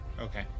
Okay